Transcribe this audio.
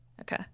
Okay